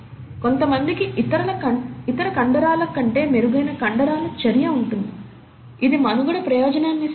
కొంతమందికి ఇతర కండరాల కంటే మెరుగైన కండరాల చర్య ఉంటుంది ఇది మనుగడ ప్రయోజనాన్ని ఇస్తుందా